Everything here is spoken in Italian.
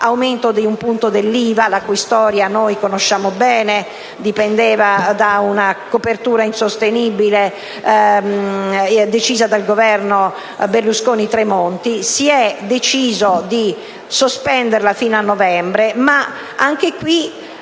dell'aumento di un punto dell'IVA, la cui storia noi conosciamo bene: dipendeva da una copertura insostenibile decisa dal Governo Berlusconi-Tremonti. Si è deciso di sospenderla fino a novembre, ma anche in